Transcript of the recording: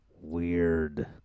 weird